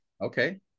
Okay